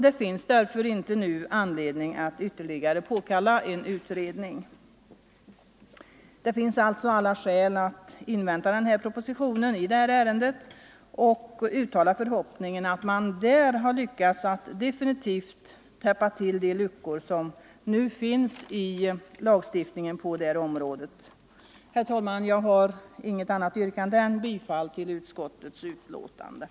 Det finns därför inte nu anledning att påkalla ytterligare utredning. Vi har alltså alla skäl att avvakta propositionen i detta ärende. Jag hoppas att man där skall lyckas definitivt täppa till de luckor som nu finns i lagstiftningen på detta område. Herr talman! Jag har inget annat yrkande än om bifall till utskottets hemställan.